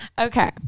Okay